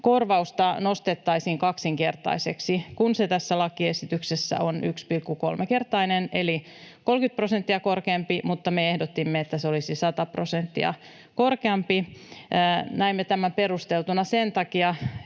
töihin, nostettaisiin kaksinkertaiseksi, kun se tässä lakiesityksessä on 1,3-kertainen eli 30 prosenttia korkeampi. Mutta me ehdotimme, että se olisi 100 prosenttia korkeampi. Näimme tämän perusteltuna sen takia,